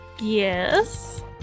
yes